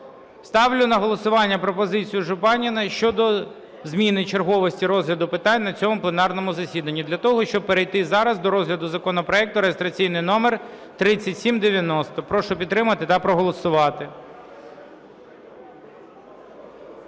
Ставлю на голосування пропозицію Жупанина щодо зміни черговості розгляду питань на цьому пленарному засіданні для того, щоб перейти зараз до розгляду законопроекту реєстраційний номер 3790. Прошу підтримати та проголосувати.